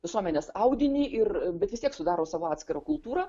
visuomenės audinį ir bet vis tiek sudaro savo atskirą kultūrą